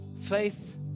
Faith